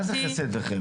גברתי, מה זה חסד וחמלה?